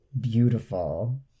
beautiful